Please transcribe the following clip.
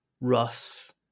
Russ